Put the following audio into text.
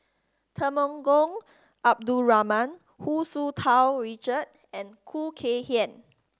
Temenggong Abdul Rahman Hu Tsu Tau Richard and Khoo Kay Hian